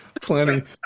plenty